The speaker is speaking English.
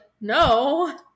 no